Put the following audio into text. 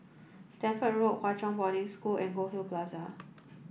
Stamford Road Hwa Chong Boarding School and Goldhill Plaza